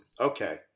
Okay